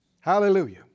Hallelujah